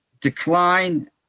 decline